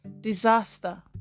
disaster